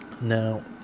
Now